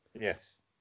Yes